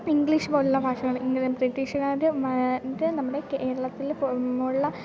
English പോലെയുള്ള ഭാഷകൾ ബ്രിട്ടീഷുകാർ നമ്മുടെ കേരളത്തിൽ പൊ മുള്ള